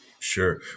Sure